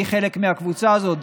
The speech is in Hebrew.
אני חלק מהקבוצה הזו,